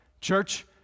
Church